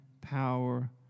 power